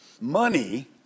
Money